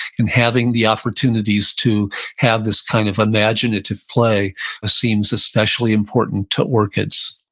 and having the opportunities to have this kind of imaginative play seems especially important to orchids.